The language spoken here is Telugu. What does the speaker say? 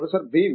professor B